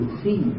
see